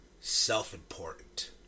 self-important